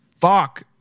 fuck